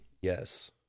Yes